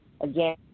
Again